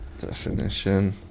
Definition